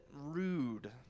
rude